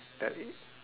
that is